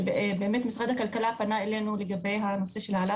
שמשרד הכלכלה פנה אלינו לגבי הנושא של העלאת